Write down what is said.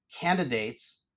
candidates